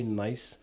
nice